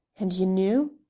and you knew?